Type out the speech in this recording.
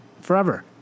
forever